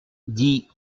dit